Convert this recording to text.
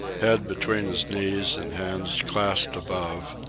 head between his knees and hands clasped above,